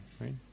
right